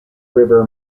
river